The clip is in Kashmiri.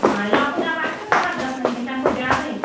لۅکُٹ ڈَبہٕ آسہِ ترٛےٚ ہتھ گژھان کِنہٕ تَمہِ کھوتہٕ زیادٕے